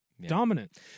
Dominant